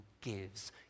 gives